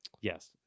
yes